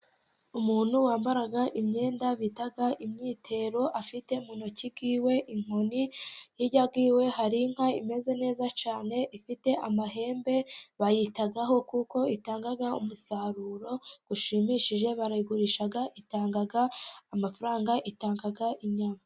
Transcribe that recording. Umuntu wambara imyenda bita imyitero. Afite mu ntoki ze inkoni, hirya ye hari inka imeze neza cyane ifite amahembe, bayitaho kuko itanga umusaruro ushimishije. Barayigurisha, itanga amafaranga, itanga inyama.